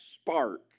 spark